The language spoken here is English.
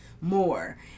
more